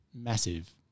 massive